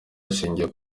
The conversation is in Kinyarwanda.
hashingiwe